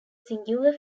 singular